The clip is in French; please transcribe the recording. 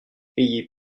ayez